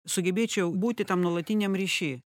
sugebėčiau būti tam nuolatiniam ryšy